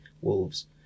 wolves